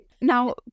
Now